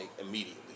immediately